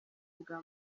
bwa